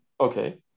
Okay